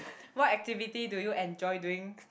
what activity do you enjoy doing